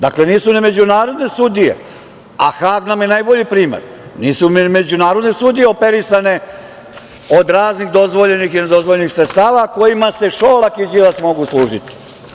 Dakle, nisu ni međunarodne sudije, a Hag nam je najbolji primer, operisane od raznih dozvoljenih i nedozvoljenih sredstava kojima se Šolak i Đilas mogu služiti.